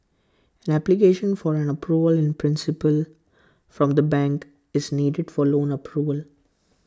an application for an approval in principle from the bank is needed for loan approval